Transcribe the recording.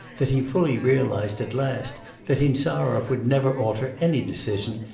that he fully realised at last that insarov would never alter any decision,